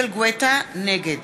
נגד